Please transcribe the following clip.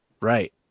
Right